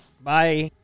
Bye